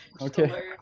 Okay